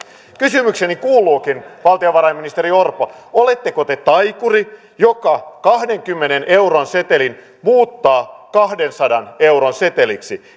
kysymykseni kuuluukin valtiovarainministeri orpo oletteko te taikuri joka kahdenkymmenen euron setelin muuttaa kahdensadan euron seteliksi